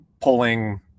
pulling